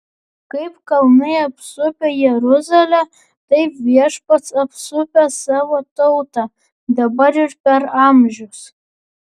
kaip kalnai apsupę jeruzalę taip viešpats apsupęs savo tautą dabar ir per amžius